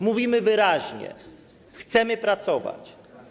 Mówimy wyraźnie: chcemy pracować.